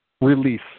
Release